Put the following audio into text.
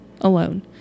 alone